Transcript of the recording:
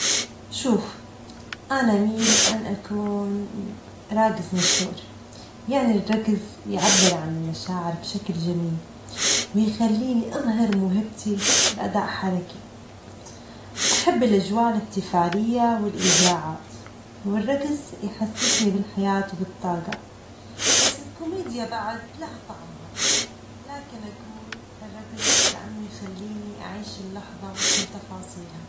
شوف، أنا أميل أن أكون راجص مشهور، يعني الرجص يعبر عن المشاعر بشكل جميل ويخليني أظهر موهبتي بأداء حركي، أحب الأجواء الاحتفالية والإيجاعات، تحسسني بالحياة وبالطاجة، بس الكوميديا بعد لها طعمها، لكن أجول الرجص لأنه يخليني أعيش اللحظة بكل تفاصيلها.